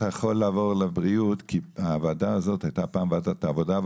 אתה יכול לעבור לבריאות הוועדה הזאת הייתה פעם ועדת העבודה,